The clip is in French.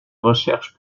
recherche